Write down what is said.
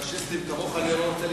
פאשיסטים כמוך אני לא רוצה,